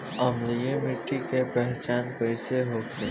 अम्लीय मिट्टी के पहचान कइसे होखे?